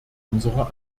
unserer